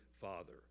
Father